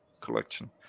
collection